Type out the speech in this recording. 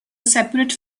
separate